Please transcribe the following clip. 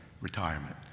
retirement